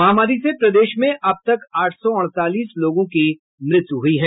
महामारी से प्रदेश में अब तक आठ सौ अड़तालीस लोगों की मृत्यु हुई है